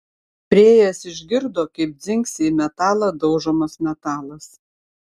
priėjęs išgirdo kaip dzingsi į metalą daužomas metalas